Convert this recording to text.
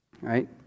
Right